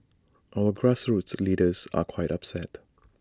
our grassroots leaders are quite upset